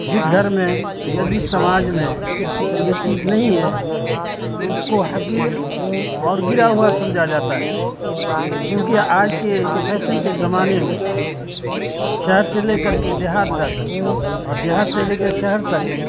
جس گھر میں یا جس سماج میں یہ چیز نہیں ہے تو اس کو حقیر اور گرا ہوا سمجھا جاتا ہے کیونکہ آج کے فیشن کے زمانے میں شہر سے لے کر کے دیہات تک اور دیہات سے لے کے شہر تک